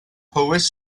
powys